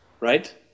right